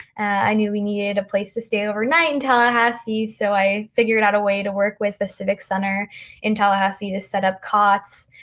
i knew we needed a place to stay overnight in tallahassee, so i figured out a way to work with the civic center in tallahassee to set up cots.